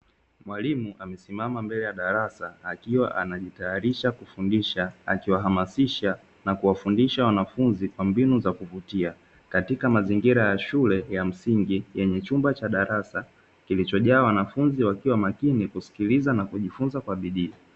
Mwalimu amesimama mbele ya darasa akiwa anajitayarisha kufundisha akiwahamasisha na kuwafundisha wanafunzi kwa mbinu za kuvutia katika mazingira ya shule ya msingi yenye chumba cha darasa kilichojawa wanafunzi wakiwa makini kusikiliza na kujifunza kwa bidii.